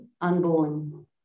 unborn